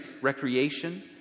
recreation